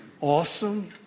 awesome